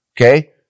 Okay